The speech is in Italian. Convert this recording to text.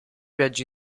viaggi